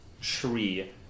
tree